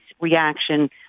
reaction